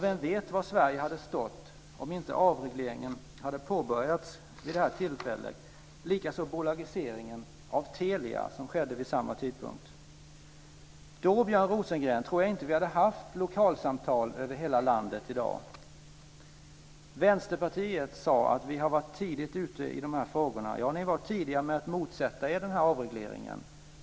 Vem vet var Sverige hade stått om avregleringen inte hade påbörjats vid det tillfället, likaså bolagiseringen av Telia som skedde vid samma tidpunkt. Då, Björn Rosengren, tror jag inte att vi i dag hade haft lokalsamtal över hela landet. Vänsterpartiet sade att vi har varit tidigt ute i frågorna. Ja, ni var tidiga med att motsätta er avregleringen.